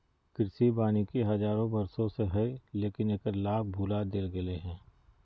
कृषि वानिकी हजारों वर्षों से हइ, लेकिन एकर लाभ भुला देल गेलय हें